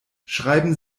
schreiben